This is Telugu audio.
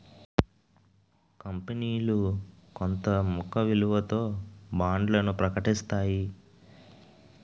కంపనీలు కొంత ముఖ విలువతో బాండ్లను ప్రకటిస్తాయి